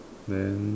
then